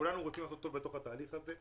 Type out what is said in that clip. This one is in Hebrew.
וכולנו רוצים לעשות טוב בתוך התהליך הזה.